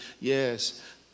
Yes